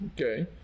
okay